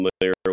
familiar